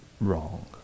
wrong